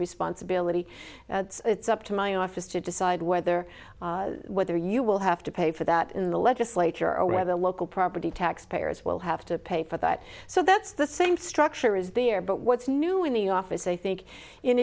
responsibility it's up to my office to decide whether whether you will have to pay for that in the legislature or whether local property tax payers will have to pay for that so that's the same structure is there but what's new in the office i think in